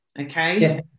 okay